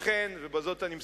לכן, בזה אני מסיים,